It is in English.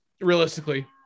realistically